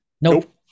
Nope